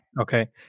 Okay